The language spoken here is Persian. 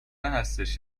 هستش